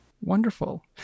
Wonderful